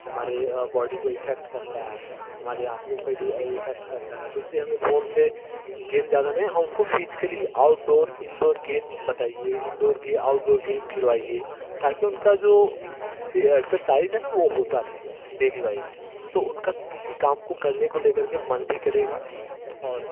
हमारे बॉडी को इफेक्ट करता है हमारे आँखो पे भी इफेक्ट करता है तो इसलिए हमें फोन से गेम ज़्यादा नहीं हम उनको फिजिकली आउटडोर इंडोर गेम बताइए इंडोर आउटडोर गेम खिलवाइए ताकि उनका जो फिर एक्सरसाइज है न वो होता रहे डेली वॉइज़ तो उनका किसी काम को करने को लेकर के मन भी करेगा और